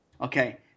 Okay